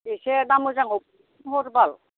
एसे दा मोजांखौ हरबाल